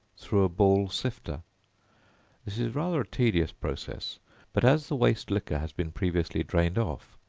through a ball sifter this is rather a tedious process but, as the waste liquor has been previously drained off,